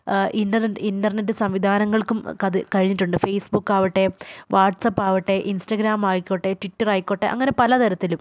internet internet സംവിധാനങ്ങൾക്കും അതു കഴിഞ്ഞിട്ടുണ്ട് ഫേസ്ബുക്കാവട്ടെ വാട്സ്അപ്പാവട്ടെ ഇൻസ്റ്റാഗ്രാം ആയിക്കോട്ടെ ട്വിറ്റർ ആയിക്കോട്ടെ അങ്ങനെ പലതരത്തിലും